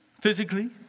Physically